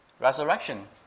resurrection